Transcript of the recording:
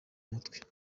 umutwe